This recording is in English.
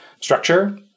structure